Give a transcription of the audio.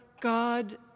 God